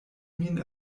min